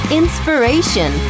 inspiration